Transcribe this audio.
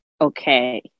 okay